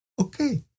okay